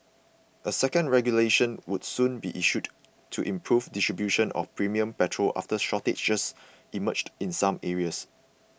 a second regulation would soon be issued to improve distribution of premium petrol after shortages emerged in some areas